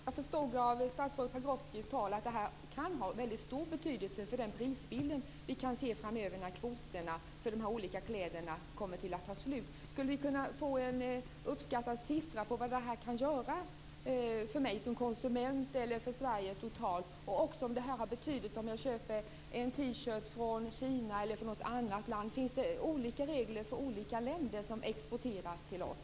Fru talman! Såvitt jag förstår av statsrådet Pagrotskys inlägg kan det här ha väldigt stor betydelse för prisbilden framöver när kvoterna för de olika kläderna tar slut. Skulle vi kunna få en siffra för vad det här uppskattas göra för mig som konsument eller för Sverige totalt och också få besked om det här har betydelse om jag köper en T-shirt från Kina eller från något annat land? Finns det olika regler för olika länder som exporterar till oss?